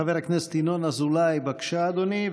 חבר הכנסת ינון אזולאי, בבקשה, אדוני.